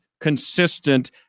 consistent